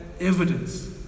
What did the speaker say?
evidence